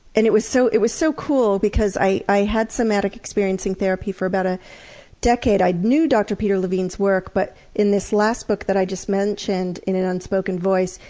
and it was so it was so cool because i had had somatic experiencing therapy for about a decade. i knew dr. peter levine's work, but in this last book that i just mentioned, in an unspoken voice,